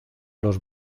los